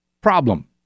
problem